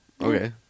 Okay